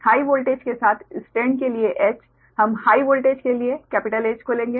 high voltage के साथ stand के लिए H हम हाइ वोल्टेज के लिए H को लेंगे